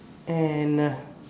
and